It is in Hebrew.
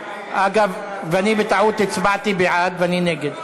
אגב, אני בטעות הצבעתי בעד ואני נגד.